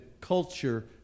culture